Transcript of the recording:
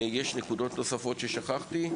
יש נקודות נוספות ששכחתי?